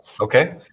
okay